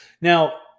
Now